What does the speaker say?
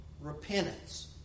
Repentance